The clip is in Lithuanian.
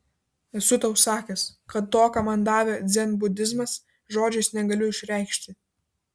esu tau sakęs kad to ką man davė dzenbudizmas žodžiais negaliu išreikšti